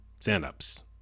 stand-ups